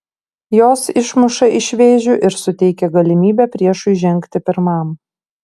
jos išmuša iš vėžių ir suteikia galimybę priešui žengti pirmam